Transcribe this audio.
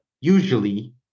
usually